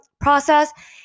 process